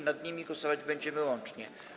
Nad nimi głosować będziemy łącznie.